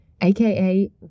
aka